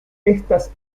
estas